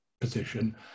position